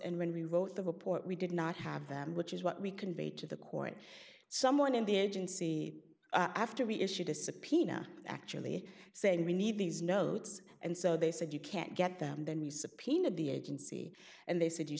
and when we wrote the report we did not have them which is what we conveyed to the court someone in the agency after we issued a subpoena actually saying we need these notes and so they said you can't get them then we subpoenaed the agency and they said you